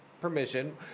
permission